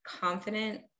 confident